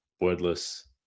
wordless